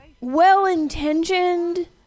well-intentioned